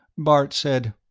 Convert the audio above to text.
bart said,